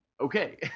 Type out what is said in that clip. Okay